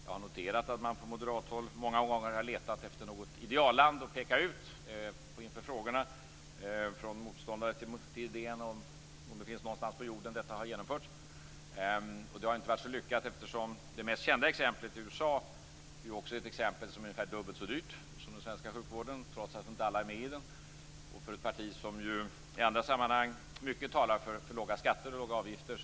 Jag har noterat att man från moderathåll många gånger har letat efter något idealland att peka ut inför frågorna från motståndare till denna idé om huruvida det finns någonstans på jorden där detta har genomförts. Det har inte varit så lyckat eftersom det mest kända exemplet, USA, också är ett exempel där sjukvården är ungefär dubbelt så dyr som den svenska - trots att inte alla är med. Moderaterna är ju ett parti som i andra sammanhang talar mycket för låga skatter och avgifter.